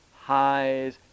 highs